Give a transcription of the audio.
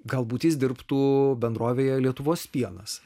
galbūt jis dirbtų bendrovėje lietuvos pienas